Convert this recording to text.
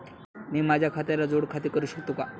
मी माझ्या खात्याला जोड खाते करू शकतो का?